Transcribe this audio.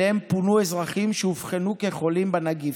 ופונו אליהם אזרחים שאובחנו כחולים בנגיף.